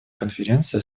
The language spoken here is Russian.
конференции